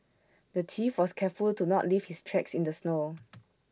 the thief was careful to not leave his tracks in the snow